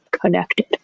connected